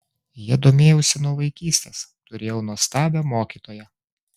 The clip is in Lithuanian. ja domėjausi nuo vaikystės turėjau nuostabią mokytoją